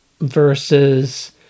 versus